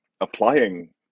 applying